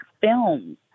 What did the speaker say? films